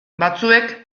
batzuek